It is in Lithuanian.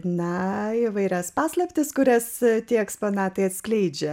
na įvairias paslaptis kurias tie eksponatai atskleidžia